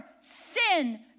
sin